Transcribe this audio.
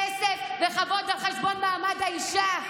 כסף וכבוד על חשבון מעמד האישה.